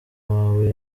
wawe